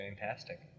fantastic